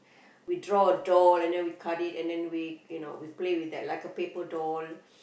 we draw a draw and then we cut it and then we you know we play with that like a paper doll